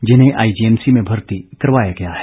जिन्हें आईजीएमसी में भर्ती करवाया गया है